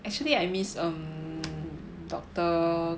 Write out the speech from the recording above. actually I miss um doctor